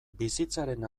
bizitzaren